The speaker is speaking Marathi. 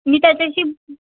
मी त्याच्याशी ब